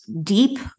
deep